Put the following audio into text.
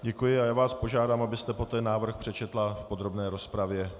Děkuji a požádám vás, abyste poté návrh přečetla v podrobné rozpravě.